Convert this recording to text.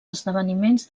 esdeveniments